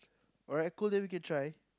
alright cool then we can try